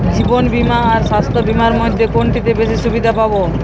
জীবন বীমা আর স্বাস্থ্য বীমার মধ্যে কোনটিতে বেশী সুবিধে পাব?